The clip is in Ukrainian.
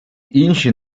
інші